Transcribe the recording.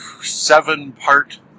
seven-part